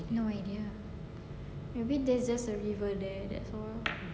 no idea maybe there's a river there that's all